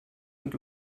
und